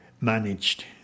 managed